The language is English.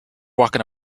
walking